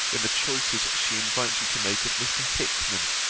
in the choice she invites you to make of mr. hickman.